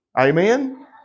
Amen